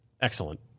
Excellent